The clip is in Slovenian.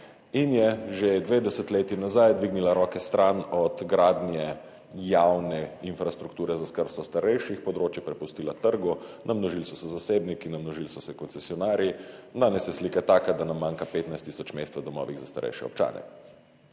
In je že dve desetletji nazaj dvignila roke stran od gradnje javne infrastrukture za skrbstvo starejših, področje prepustila trgu, namnožili so se zasebniki, namnožili so se koncesionarji. Danes je slika taka, da nam manjka 15 tisoč mest v domovih za starejše občane.